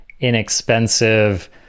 inexpensive